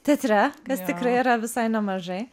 teatre kas tikrai yra visai nemažai